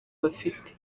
bafite